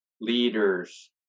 leaders